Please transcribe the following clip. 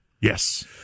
Yes